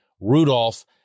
Rudolph